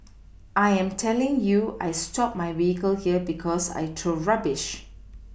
I am telling you I stop my vehicle here because I throw rubbish